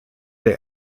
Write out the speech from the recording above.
der